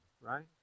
right